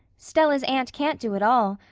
stella's aunt can't do it all.